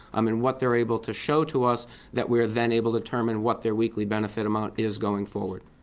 um and what they're able to show to us that we are then able to determine what their weekly benefit amount is going forward.